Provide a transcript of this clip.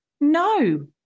no